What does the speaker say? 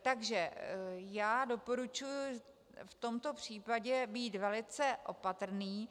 Takže já doporučuji v tomto případě být velice opatrní.